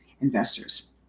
investors